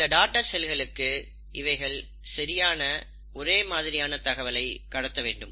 இந்த டாடர் செல்களுக்கு இவைகள் சரியான ஒரே மாதிரியான தகவலை கடத்த வேண்டும்